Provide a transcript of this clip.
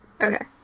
Okay